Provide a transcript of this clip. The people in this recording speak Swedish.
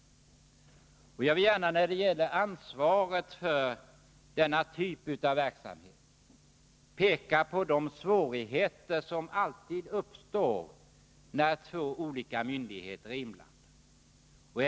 När det gäller ansvaret för denna typ av verksamhet vill jag gärna peka på de svårigheter som alltid uppstår, när två olika myndigheter är inblandade.